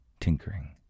tinkering